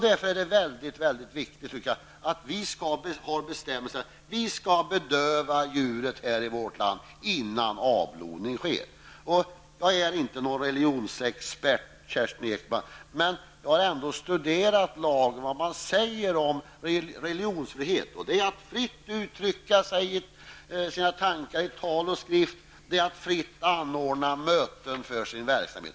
Därför är det viktigt att vi i vårt land har bestämmelsen att djuret skall bedövas innan avblodning sker. Jag är inte någon religionsexpert, men jag har ändå studerat vad som sägs i lagen beträffande religionsfrihet. Det är att man fritt skall uttrycka sina tankar i tal och skrift och att man fritt skall få anordna möten.